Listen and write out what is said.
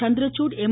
Chandrachud M